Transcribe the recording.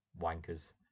wankers